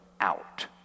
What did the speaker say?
out